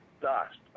dust